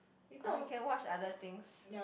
uh you can watch other things